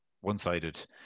one-sided